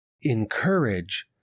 encourage